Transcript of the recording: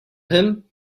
him